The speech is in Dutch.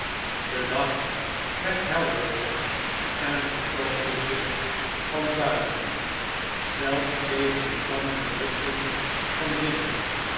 de dag werd helderder en vertoonde zich van buiten zelfs tegen de vlammende lichten